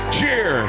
Cheer